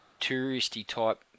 touristy-type